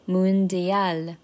Mundial 》